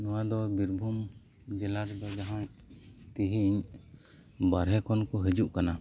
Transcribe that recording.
ᱱᱚᱶᱟ ᱫᱚ ᱵᱤᱨᱵᱷᱩᱢ ᱡᱮᱞᱟ ᱨᱮᱫᱚ ᱡᱟᱦᱟᱸᱭ ᱛᱮᱹᱦᱮᱹᱧ ᱵᱟᱨᱦᱮ ᱠᱷᱚᱱ ᱠᱚ ᱦᱤᱡᱩᱜ ᱠᱟᱱᱟ